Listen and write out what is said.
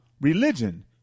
religion